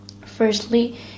Firstly